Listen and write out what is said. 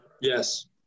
Yes